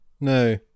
No